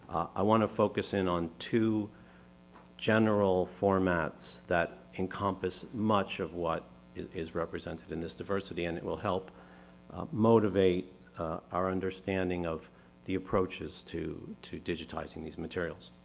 i want to focus in on two general formats that encompass much of what is represented in this diversity and it will help motivate our understanding of the approaches to to digitizing these materials.